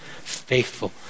faithful